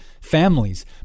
families